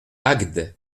agde